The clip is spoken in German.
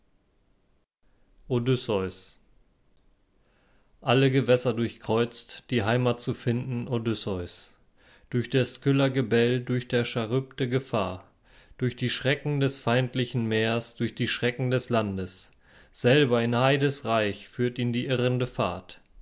odysseus alle gewässer durchkreuzt die heimat zu finden odysseus durch der scylla gebell durch der charybde gefahr durch die schrecken des feindlichen meers durch die schrecken des landes selber in aides reich führt ihn die irrende fahrt